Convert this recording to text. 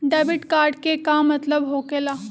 Debit card के का मतलब होकेला?